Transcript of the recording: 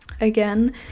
again